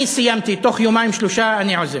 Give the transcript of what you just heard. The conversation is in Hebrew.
אני סיימתי, בתוך יומיים-שלושה אני עוזב.